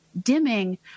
dimming